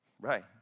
Right